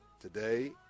today